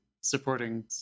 supporting